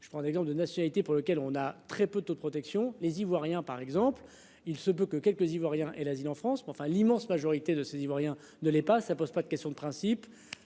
Je prends l'exemple de nationalité pour lequel on a très peu de toute protection les Ivoiriens par exemple. Il se peut que quelques ivoiriens et l'asile en France. Mais enfin, l'immense majorité de ces niveau rien ne l'est pas, ça pose pas de question de principe.